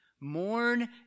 Mourn